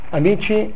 amici